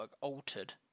altered